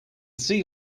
see